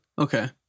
Okay